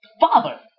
father